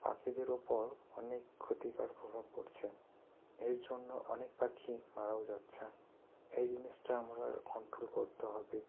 পাখিদের ওপর অনেক ক্ষতিকর প্রভাব পড়ছে এর জন্য অনেক পাখি মারাও যাচ্ছে এই জিনিসটা আমরা কন্ট্রোল করতে হবে